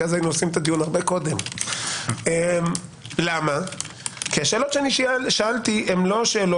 כי אז הינו עושים את הדיון הרבה קודם כי השאלות ששאלתי לא עוסקות